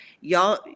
y'all